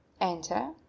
Enter